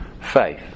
Faith